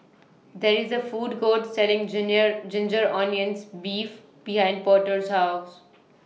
There IS A Food Court Selling Ginger Onions Beef behind Porter's House